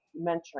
mentoring